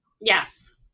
Yes